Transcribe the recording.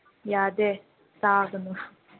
ꯌꯥꯗꯦ ꯆꯥꯒꯅꯨ